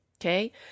Okay